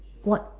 what